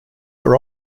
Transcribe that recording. are